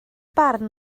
barn